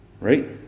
Right